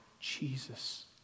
Jesus